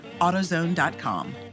AutoZone.com